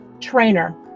trainer